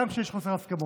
וגם כשיש חוסר הסכמות.